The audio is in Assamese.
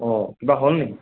অঁ কিবা হ'ল নেকি